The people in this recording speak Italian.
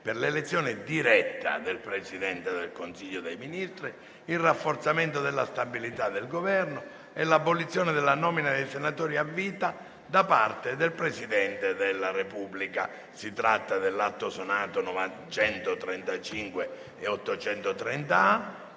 per l'elezione diretta del Presidente del Consiglio dei ministri, il rafforzamento della stabilità del Governo e l'abolizione della nomina dei senatori a vita da parte del Presidente della Repubblica***